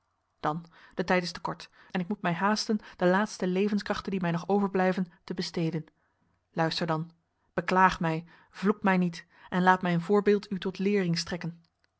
dan de tijd is te kort en ik moet mij haasten de laatste levenskrachten die mij nog overblijven te besteden luister dan beklaag mij vloek mij niet en laat mijn voorbeeld u tot leering strekken